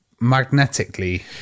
magnetically